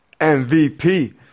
MVP